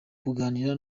kuganira